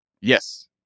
Yes